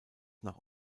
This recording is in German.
nach